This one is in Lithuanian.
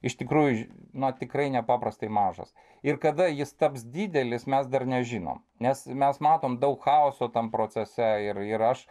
iš tikrųjų na tikrai nepaprastai mažas ir kada jis taps didelis mes dar nežinom nes mes matom daug chaoso tam procese ir ir aš